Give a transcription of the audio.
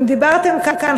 אם דיברתם כאן,